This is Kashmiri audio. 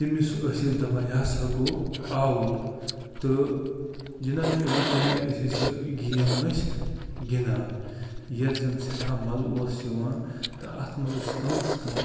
تٔمِس ٲسۍ أسۍ دَپان یہِ ہسا گوٚو آوُٹ تہٕ جِنابہِ عٲلی تَمہِ آیہِ ٲسۍ أسۍ یہِ گیم أسۍ گنٛدان ییتھ زن سٮ۪ٹھاہ مزٕ اوس یِوان تہٕ اَتھ منٛز ٲسۍ کَمَس کَم